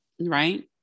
right